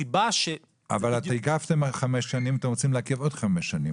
הסיבה --- אבל עיכבתם בחמש שנים ואתם רוצים לעכב בעוד חמש שנים.